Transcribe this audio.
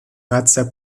razzia